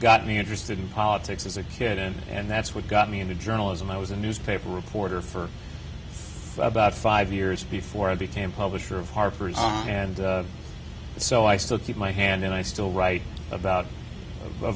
got me interested in politics as a kid and and that's what got me into journalism i was a newspaper reporter for about five years before i became publisher of harper's and so i still keep my hand and i still write about a